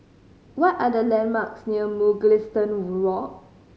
what are the landmarks near Mugliston Walk